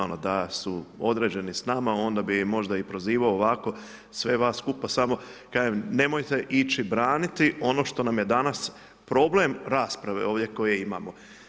Ono da su određeni s nama onda bih možda i prozivao ovako sve vas skupa samo kažem nemojte ići braniti ono što nam je danas problem rasprave ovdje koje imamo.